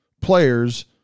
players